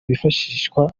hifashishwa